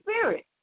spirit